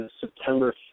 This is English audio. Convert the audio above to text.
September